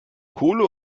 kohle